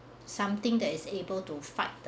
something that is able to fight the